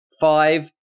five